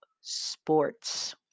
sports